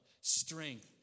strength